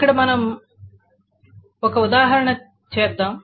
ఇక్కడ మనం ఒక ఉదాహరణ చేద్దాం